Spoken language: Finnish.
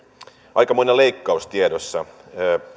aikamoinen leikkaus tiedossa